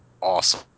awesome